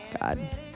God